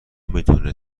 میدونه